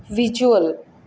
visual